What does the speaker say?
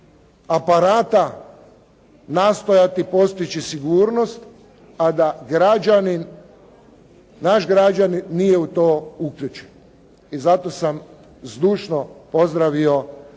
aparata nastojati postići sigurnost, a da građanin, naš građanin nije u to uključen. I zato sam zdušno pozdravio